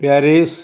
Paris